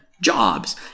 jobs